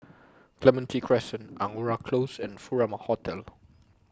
Clementi Crescent Angora Close and Furama Hotel